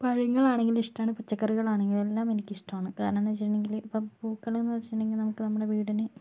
പഴങ്ങൾ ആണെങ്കിലും ഇഷ്ടമാണ് പച്ചക്കറികൾ ആണെങ്കിലും എല്ലാം എനിക്കിഷ്ടമാണ് കാരണമെന്താണെന്ന് വച്ചിട്ടുണ്ടെങ്കിൽ ഇപ്പോൾ പൂക്കളെന്ന് വെച്ചിട്ടുണ്ടെങ്കിൽ നമ്മുടെ വീടിന്ന്